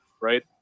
right